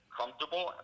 comfortable